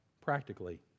practically